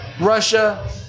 Russia